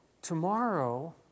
Tomorrow